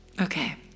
Okay